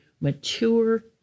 mature